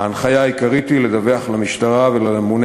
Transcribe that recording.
ההנחיה העיקרית היא לדווח למשטרה ולממונה